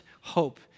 hope